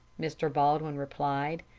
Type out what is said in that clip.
mr. baldwin replied.